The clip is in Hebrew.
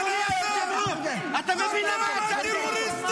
הקבוצה הזו היא זו שאמורה להיות מואשמת בטרור.